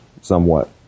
somewhat